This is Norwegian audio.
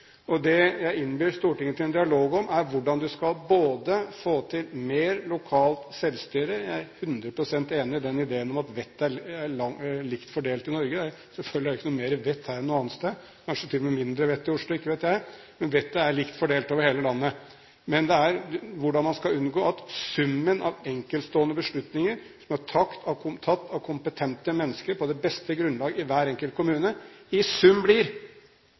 beslutninger. Det jeg innbyr Stortinget til en dialog om, er hvordan man skal få til mer lokalt selvstyre. Jeg er 100 pst. enig i ideen om at vettet er likt fordelt i Norge. Selvfølgelig er det ikke mer vett her enn noe annet sted, kanskje er det til og med mindre vett i Oslo, ikke vet jeg – vettet er likt fordelt over hele landet. Det dreier seg om hvordan man skal unngå at summen av enkeltstående beslutninger som er tatt av kompetente mennesker på det beste grunnlag i hver enkelt kommune, blir